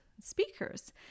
speakers